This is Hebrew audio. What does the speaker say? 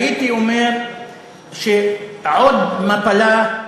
הייתי אומר שעוד מפלה,